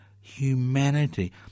humanity